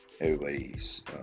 everybody's